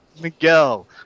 Miguel